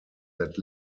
that